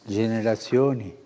generazioni